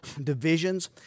divisions